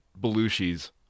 Belushi's